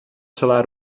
celá